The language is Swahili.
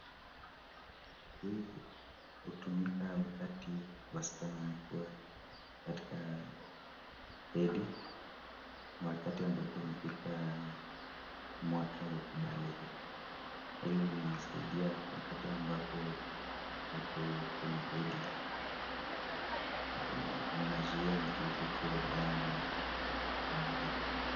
Hii hutumika wakati wasichana wanakuwa katika hedhi. Wakati ambapo umefika mwaka wa kubaleghe. Hili lina Sadia wakati ambapo wako kwenye hedhi. Unazuia mtiririko wa damu kumwagika.